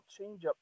changeup